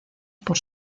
por